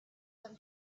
them